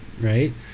right